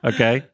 Okay